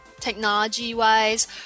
technology-wise